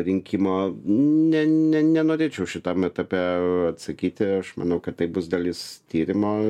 rinkimo ne ne nenorėčiau šitam etape atsakyti aš manau kad taip bus dalis tyrimo